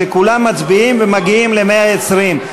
שכולם מצביעים ומגיעים ל-120.